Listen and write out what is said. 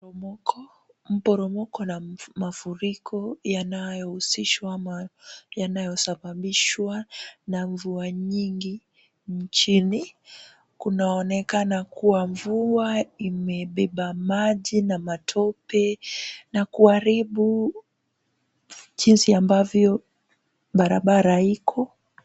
Mporomoko na mafuriko yanayohusishwa ama yanayosababishwa na mvua nyingi nchini. Kunaonekana kuwa mvua imebeba maji na matope na kuharibu jinsi ambavyo barabara iko.